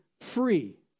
free